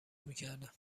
میکردن